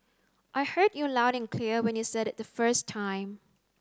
I heard you loud and clear when you said it the first time